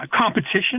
competition